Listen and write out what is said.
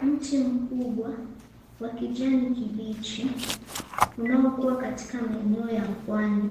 Mti mkubwa wa kijani kibichi unaokua katika maeneo ya pwani,